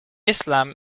islam